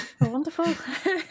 Wonderful